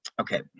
okay